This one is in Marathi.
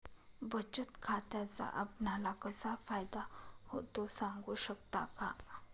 बचत खात्याचा आपणाला कसा फायदा होतो? सांगू शकता का?